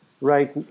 right